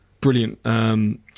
brilliant